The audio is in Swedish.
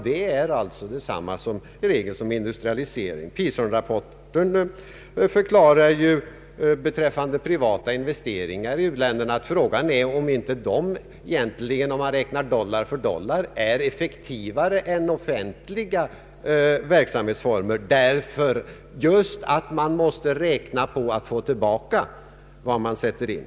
Det är i regel detsamma som industrialisering. fande privata investeringar i u-länderna att frågan är om inte de egentligen, om man räknar dollar för dollar, är effektivare än offentliga verksamhetsformer just därför att man måste räkna på att få tillbaka vad man sätter in.